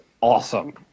awesome